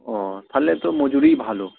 ও তাহলে তো মজুরিই ভালো